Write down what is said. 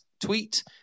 tweet